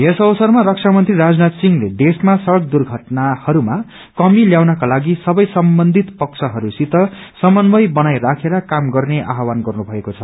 यस अवसरमा रक्षामन्त्री राजनाथ सिंहले देशमा सड़क दुर्घटनाहरूमा कमी ल्याउनका लागि सबै सम्बन्धित पक्षहरूसित समन्वय बनाइराखेर काम गर्ने आइवान गर्नु भएको छ